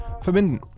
verbinden